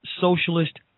Socialist